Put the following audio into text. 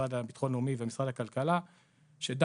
המשרד לביטחון לאומי ומשרד הכלכלה שדן